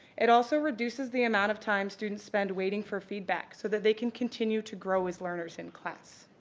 it also reduces the amount of time students spend waiting for feedback, so that they can continue to grow as learners in class.